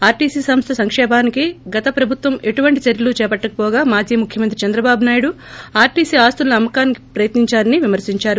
ఆర్టీస్ సంస్ల సంకేమానికి గత ప్రభుత్వం ఎటువంటి చర్చలు చేపట్టకపోగా మాజీ ముఖ్యమంత్రి చంద్రబాబు నాయుడు ఆర్టీసీ ఆస్తులను అమ్మడానికి ప్రయత్నించారని విమర్తించారు